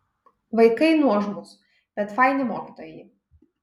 vaikai nuožmūs bet faini mokytojai